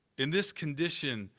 in this condition,